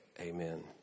Amen